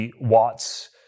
watts